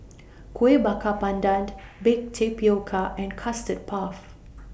Kueh Bakar Pandan Baked Tapioca and Custard Puff